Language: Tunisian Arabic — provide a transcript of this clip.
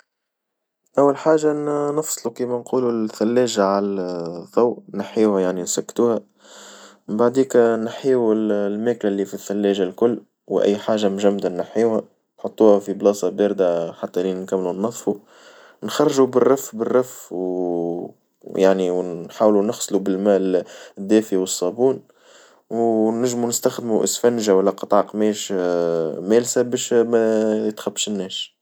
أول حاجة نفصلو كيما نقولو الثلاجة عن الظو نحيوها يعني نسكتوها من بعديكا نحيو الميكا اللي في الثلاجة الكل، وأي حاجة مجمدة نحيوها نحطوها في بلاصة باردة حتى لين نكملو ننصفو نخرجو بالرف بالرف و يعني ونحاولو نغسلو بالماء الدافئ والصابون ونجمو نستخدمو إسفنجة والا قطع قماش مالسة باش ما يتخبش الناش.